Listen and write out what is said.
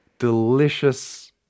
Delicious